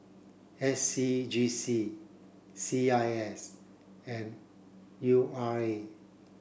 S C G C C I S and U R A